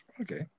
Okay